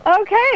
Okay